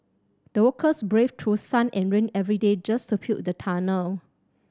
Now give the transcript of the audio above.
the workers braved through sun and rain every day just to build the tunnel